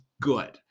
good